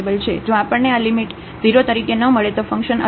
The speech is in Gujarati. જો આપણને આ લિમિટ 0 તરીકે ન મળે તો ફંક્શન અલગ નથી